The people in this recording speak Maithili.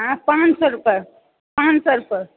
पाँच सए रुपैआ पाँच सए रुपैआ